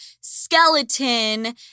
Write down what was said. skeleton